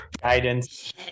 Guidance